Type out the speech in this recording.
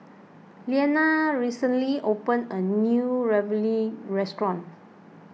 Liliana recently opened a new Ravioli restaurant